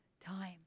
time